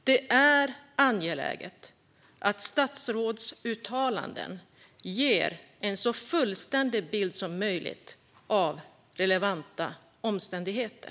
Det är angeläget att statsrådsuttalanden ger en så fullständig bild som möjligt av relevanta omständigheter.